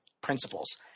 principles